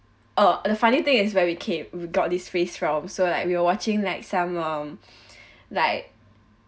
uh the funny thing is where we came we got this face from so like we were watching like some um like